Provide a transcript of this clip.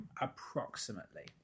Approximately